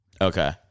Okay